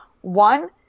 One